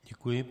Děkuji.